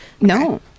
No